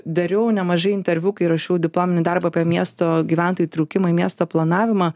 dariau nemažai interviu kai rašiau diplominį darbą apie miesto gyventojų įtraukimą į miesto planavimą